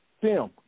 Tim